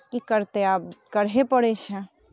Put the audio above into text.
की करतै आब करहे पड़ैत छै